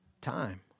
Time